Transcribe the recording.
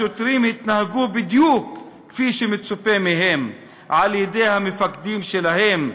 השוטרים התנהגו בדיוק כפי שמצופה מהם על-ידי המפקדים שלהם,